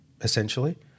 essentially